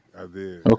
Okay